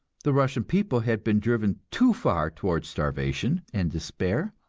the russian people had been driven too far towards starvation and despair